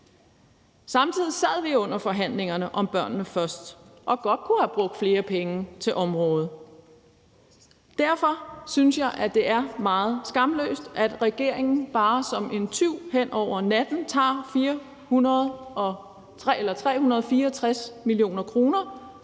Samtidig sad vi under forhandlingerne om »Børnene Først« og kunne godthave brugt flere penge til området. Derfor synes jeg, at det er meget skamløst, at regeringen som en tyv om natten bare tager 364 mio. kr.